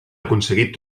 aconseguit